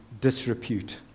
disrepute